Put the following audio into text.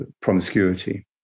promiscuity